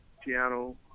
piano